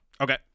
Okay